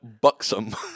buxom